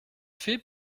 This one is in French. fais